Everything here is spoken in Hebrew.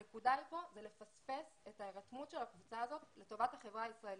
הנקודה פה היא הפספוס של ההירתמות של הקבוצה הזו לטובת החברה הישראלית.